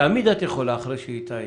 תמיד את יכולה, אחרי שאיתי יסיים.